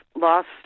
lost